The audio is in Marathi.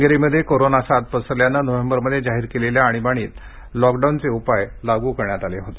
हंगेरीमध्ये कोरोना साथ पसरल्यानं नोव्हेंबरमध्ये जाहीर केलेल्या आणीबाणीत लॉकडाऊनचे उपाय लागू करण्यात आले होते